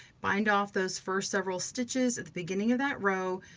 bind off those first several stitches at the beginning of that row,